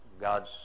God's